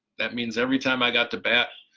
that means every time i got to bat,